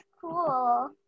cool